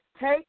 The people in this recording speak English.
take